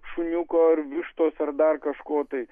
šuniuko ar vištos ar dar kažko tai